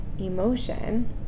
emotion